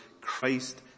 Christ